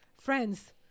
friends